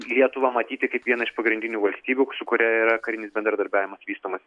lietuvą matyti kaip vieną iš pagrindinių valstybių su kuria yra karinis bendradarbiavimas vystomas